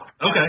Okay